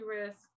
risk